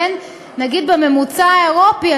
נגיד בממוצע האירופי,